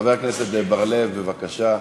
חבר הכנסת בר-לב, בבקשה,